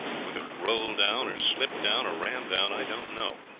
whether it rolled down, or slipped down, or ran down, i don't know,